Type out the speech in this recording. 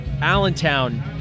allentown